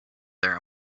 there